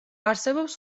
არსებობს